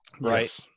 Right